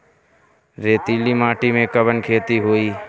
रेतीली माटी में कवन खेती होई?